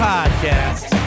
Podcast